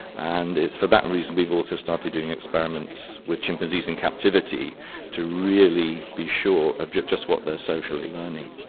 and it's for that reason we've also started doing experiments with chimpanzees in captivity to really be sure of just just what they're socially learning.